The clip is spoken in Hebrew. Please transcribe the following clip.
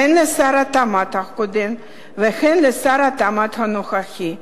הן לשר התמ"ת הקודם והן לשר התמ"ת הנוכחי.